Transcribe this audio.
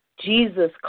Jesus